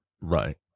right